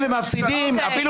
מכיוון